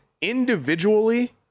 individually